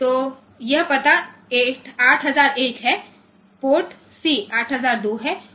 तो यह पता 8001 है पोर्ट C 8002 है और यह एक 8003 है